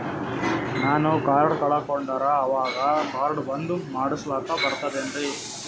ನಾನು ಕಾರ್ಡ್ ಕಳಕೊಂಡರ ಅವಾಗ ಕಾರ್ಡ್ ಬಂದ್ ಮಾಡಸ್ಲಾಕ ಬರ್ತದೇನ್ರಿ?